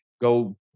go